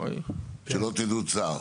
שלא תדעו צער,